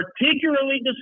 particularly